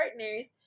partners